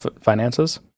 finances